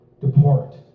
depart